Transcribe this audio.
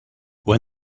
when